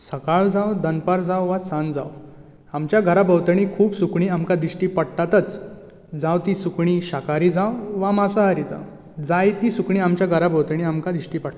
सकाळ जावं दनपार जावं वा सांज जावं आमच्या घरा भोंवतणी खूब सुकणीं आमकां दिश्टी पडटातच जावं तीं सुकणीं शाकाहरी जावं वा मांसाहरी जावं जाय ती सुकणीं आमच्या घरा भोंवतणी आमकां दिश्टी पडटा